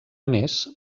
més